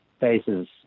faces